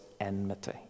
enmity